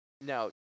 now